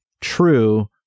true